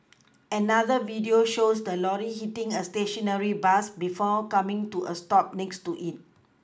another video shows the lorry hitting a stationary bus before coming to a stop next to it